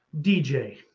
DJ